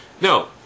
No